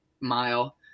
mile